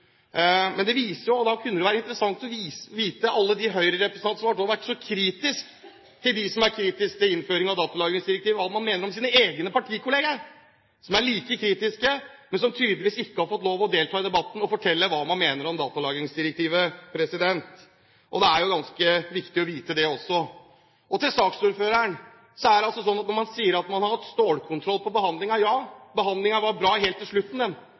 Men da kunne det vært interessant å få vite hva alle de Høyre-representantene som har kritisert dem som er kritiske til innføring av datalagringsdirektivet, mener om sine egne partikollegaer – som er like kritiske, men som tydeligvis ikke har fått lov til å delta i debatten og fortelle hva de mener om datalagringsdirektivet. Det er jo ganske viktig å vite det også. Til saksordføreren: Man sier at man har hatt stålkontroll i behandlingen. Ja, behandlingen var bra helt til slutten.